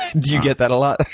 do you get that a lot?